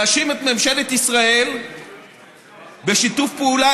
להאשים את ממשלת ישראל בשיתוף פעולה